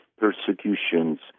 persecutions